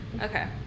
Okay